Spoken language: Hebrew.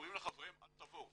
אומרים לחבריהם "אל תבואו"